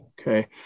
okay